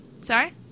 Sorry